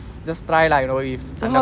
just try lah you know if